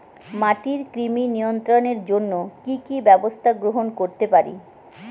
মাটির কৃমি নিয়ন্ত্রণের জন্য কি কি ব্যবস্থা গ্রহণ করতে পারি?